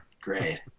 Great